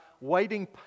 waiting